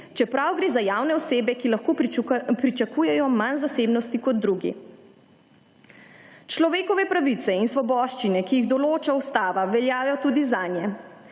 čeprav gre za javne osebe, ki lahko pričakujejo manj zasebnosti kot drugi. Človekove pravice in svoboščine, ki jih določa Ustava, veljajo tudi zanje.